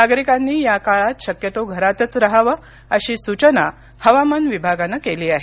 नागरिकांनी या काळात शक्यतो घरातच राहावं अशी सूचना हवामान विभागानं केली आहे